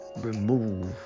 remove